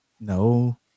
no